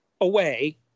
away